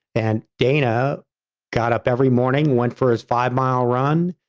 and dana got up every morning, went for his five-mile run,